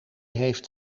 heeft